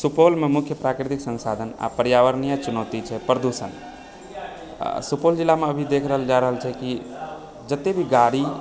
सुपौलमे मुख्य प्राकृतिक संसाधन आओर पर्यावरणीय चुनौती छै प्रदुषण आओर सुपौल जिलामे अभी देखल जा रहल छै जे जते भी गाड़ी